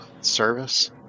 service